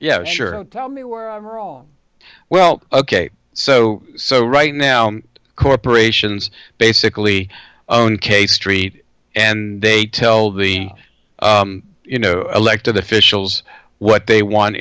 yeah sure tell me where i'm wrong well ok so so right now corporations basically own k street and they tell the you know elected officials what they want